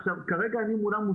כרגע אני מושקף מולם,